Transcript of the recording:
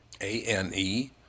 A-N-E